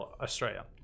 Australia